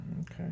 Okay